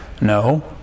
no